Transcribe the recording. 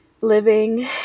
living